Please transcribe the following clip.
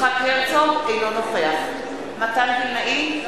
אינו נוכח מתן וילנאי,